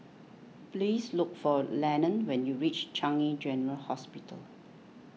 please look for Lennon when you reach Changi General Hospital